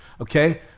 okay